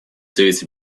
совете